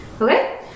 Okay